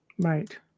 Right